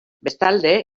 bestalde